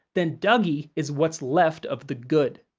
then dougie is what's left of the good.